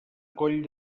coll